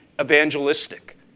evangelistic